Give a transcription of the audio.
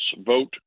vote